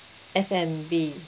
F&B